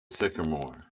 sycamore